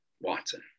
Watson